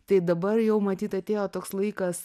tai dabar jau matyt atėjo toks laikas